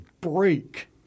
break